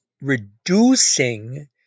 reducing